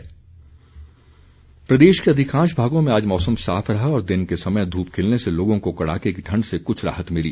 मौसम प्रदेश के अधिकांश भागों में आज मौसम साफ रहा और दिन के समय धूप खिलने से लोगों को कड़ाके की ठण्ड से कुछ राहत मिली